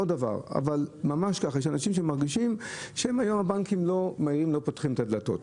אבל ממש ככה יש אנשים שמרגישים שהיום הבנקים לא פותחים את הדלתות.